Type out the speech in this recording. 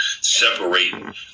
separating